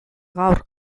gaur